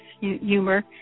humor